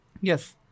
Yes